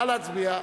נא להצביע.